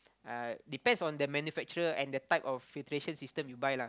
uh depends on the manufacturer and the type of filtration system you buy lah